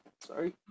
Sorry